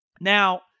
Now